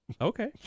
Okay